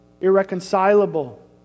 irreconcilable